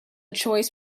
choice